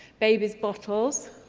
babies bottles,